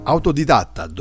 Autodidatta